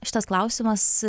šitas klausimas